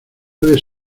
puede